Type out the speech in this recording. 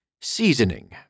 seasoning